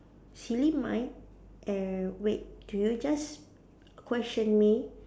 silly mind eh wait do you just question me